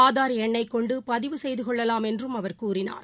ஆதார் எண்ணைக் கொண்டுபதிவு செய்துகொள்ளலாம் என்றும் அவர் கூறினார்